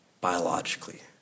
biologically